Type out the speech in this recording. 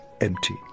empty